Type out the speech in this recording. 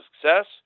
success